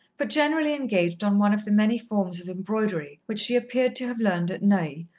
but generally engaged on one of the many forms of embroidery which she appeared to have learned at neuilly,